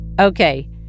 Okay